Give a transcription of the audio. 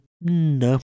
no